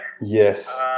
Yes